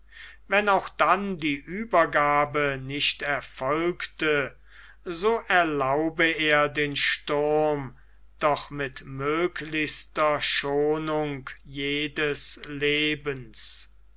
wenn auch dann die uebergabe nicht erfolgte so erlaube er den sturm doch mit möglichster schonung jedes lebens